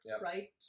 right